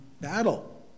battle